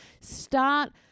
Start